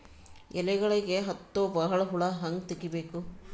ಎಲೆಗಳಿಗೆ ಹತ್ತೋ ಬಹಳ ಹುಳ ಹಂಗ ತೆಗೀಬೆಕು?